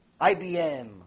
IBM